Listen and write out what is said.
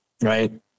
right